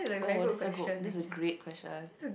oh that's a good that's a great question